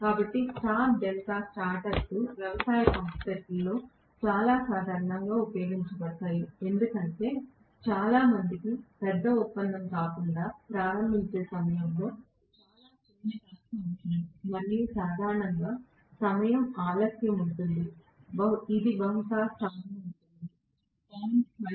కాబట్టి star delta starters వ్యవసాయ పంపు సెట్లలో చాలా సాధారణంగా ఉపయోగించబడతాయి ఎందుకంటే చాలా మందికి పెద్ద ఒప్పందం కాకుండా ప్రారంభించే సమయంలో చాలా చిన్న టార్క్ అవసరం మరియు సాధారణంగా సమయం ఆలస్యం ఉంటుంది ఇది బహుశా స్టార్ లో ఉంటుంది 0